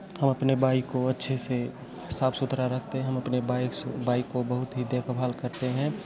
हम अपने बाईक को अच्छे से साफ सुथरा रखते हैं हम अपने बाइक्स बाइक को बहुत ही देखभाल करते हैं